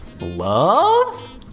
love